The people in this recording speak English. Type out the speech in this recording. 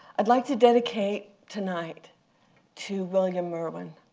i'd like to dedicate tonight to william merwin,